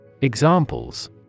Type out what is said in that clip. Examples